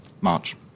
March